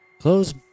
Close